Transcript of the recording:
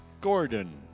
Gordon